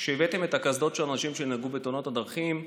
כשהבאתם את הקסדות של אנשים שנהרגו בתאונות דרכים.